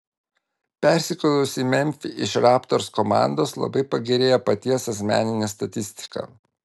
persikėlus į memfį iš raptors komandos labai pagerėjo paties asmeninė statistika